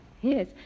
Yes